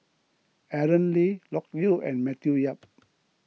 Aaron Lee Loke Yew and Matthew Yap